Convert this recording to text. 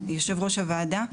יו"רהוועדה,